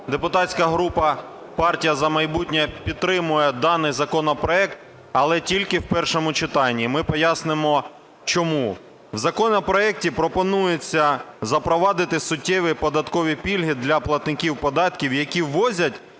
депутатська група "Партія "За майбутнє" підтримує даний законопроект, але тільки в першому читанні. Ми пояснимо чому? В законопроекті пропонується запровадити суттєві податкові пільги для платників податків, які ввозять